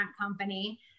Company